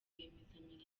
rwiyemezamirimo